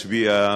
הצביעה,